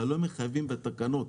אבל לא מחייבים בתקנות.